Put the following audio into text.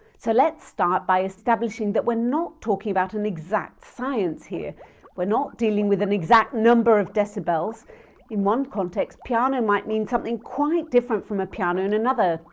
so let's start by establishing that we're not talking about an exact science here we're not dealing with an exact number of decibels in one context, piano might mean something quite different from a piano in another,